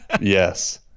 Yes